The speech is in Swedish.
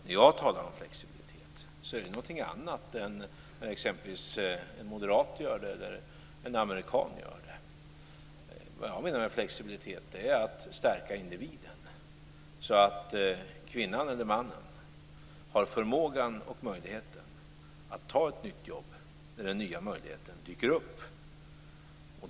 När jag talar om flexibilitet menar jag något annat än vad exempelvis en moderat eller en amerikan menar. Vad jag menar är att vi skall stärka individen, så att kvinnan eller mannen har förmågan och möjligheten att ta ett nytt jobb när den möjligheten dyker upp.